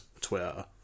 twitter